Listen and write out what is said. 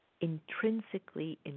intrinsically